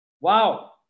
Wow